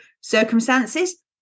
Circumstances